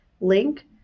link